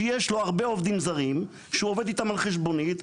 שיש לו הרבה עובדים זרים שהוא עובד איתם על חשבונית,